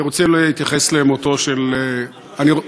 אני רוצה להתייחס למותו של, סעדי,